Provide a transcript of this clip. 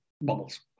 Bubbles